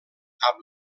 amb